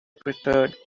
preferred